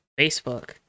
Facebook